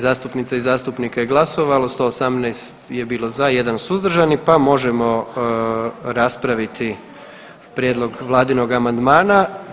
zastupnica i zastupnika je glasovalo, 118 je bilo za, 1 suzdržani pa možemo raspraviti prijedlog vladinog amandmana.